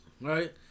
right